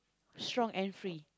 strong and free